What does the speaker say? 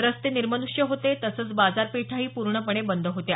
रस्ते निर्मनृष्य होते तसंच बाजारपेठाही पूर्णपणे बंद होत्या